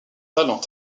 talents